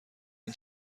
این